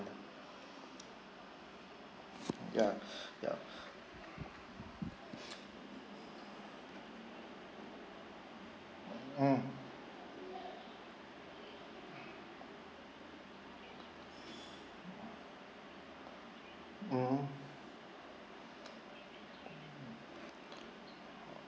ya ya mm mm